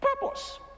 Purpose